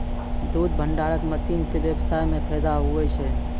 दुध भंडारण मशीन से व्यबसाय मे फैदा हुवै छै